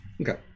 Okay